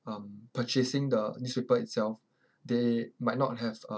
um purchasing the newspaper itself they might not have uh